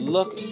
Look